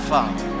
Father